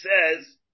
says